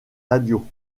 radios